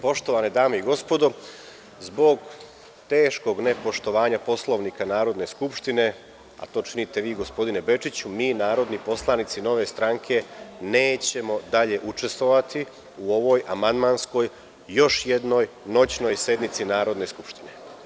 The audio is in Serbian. Poštovane dame i gospodo, zbog teškog nepoštovanja Poslovnika Narodne skupštine, a to činite vi gospodine Bečiću, mi narodni poslanici Nove stranke, nećemo dalje učestvovati u ovoj amandmanskoj, još jednoj noćnoj sednici Narodne skupštine.